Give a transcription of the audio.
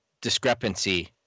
discrepancy